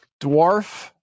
Dwarf